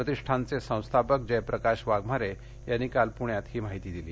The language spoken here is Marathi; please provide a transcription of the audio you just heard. प्रतिष्ठानचे संस्थापक जयप्रकाश वाघमारे यांनी काल पुण्यात ही माहिती दिली